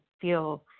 feel